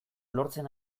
lortzen